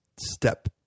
step